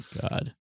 God